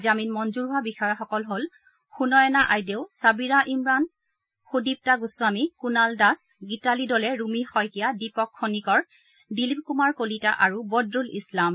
জামিন মঞ্জৰ হোৱা বিষয়া সকল হ'ল সুনয়না আইদেউ চাবিৰা ইমৰাণ সুদীপ্তা গোস্বামী কুণাল দাস গীতালী দলে ৰুমী শইকীযা দীপক খনিকৰ দিলীপ কুমাৰ কলিতা আৰু বদৰুল ইছলাম